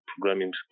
programming